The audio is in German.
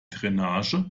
drainage